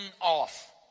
off